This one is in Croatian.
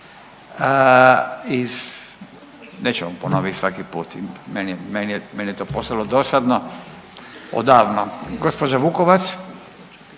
Nećemo ponoviti svaki put, meni je to postalo dosadno odavno. Gospođa Vukovac,